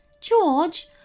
George